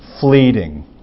fleeting